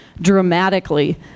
dramatically